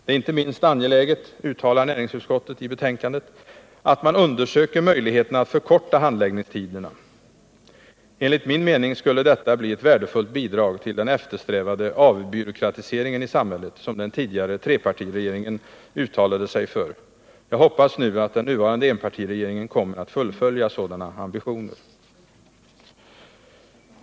Det är inte minst angeläget, uttalar näringsutskottet i betänkandet, att man undersöker möjligheterna att förkorta handläggningstiderna. Enligt min mening skulle detta bli ett värdefullt bidrag till den eftersträvade avbyråkratiseringen i samhället som den tidigare trepartiregeringen uttalade sig för. Jag hoppas att den nuvarande enpartiregeringen kommer att fullfölja sådana ambitioner.